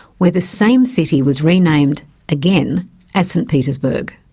where the same city was renamed again as st petersburg.